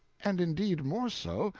and indeed more so,